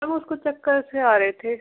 ma'am उसको चक्कर से आ रहे थे